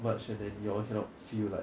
much and then you all cannot feel like